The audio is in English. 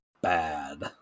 bad